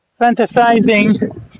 fantasizing